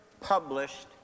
published